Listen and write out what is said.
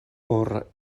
por